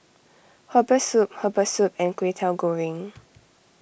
Herbal Soup Herbal Soup and Kwetiau Goreng